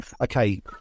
Okay